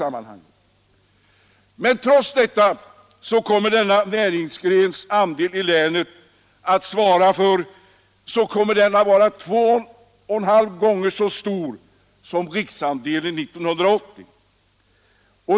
Men trots detta kommer denna näringsgrens andel i länet att vara 2,5 gånger så stor som riksandelen 1980.